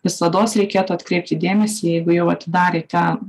visados reikėtų atkreipti dėmesį jeigu jau atidarėte